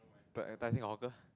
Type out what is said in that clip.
the Tai Seng the hawker